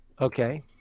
Okay